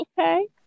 Okay